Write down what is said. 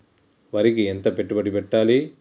వరికి ఎంత పెట్టుబడి పెట్టాలి?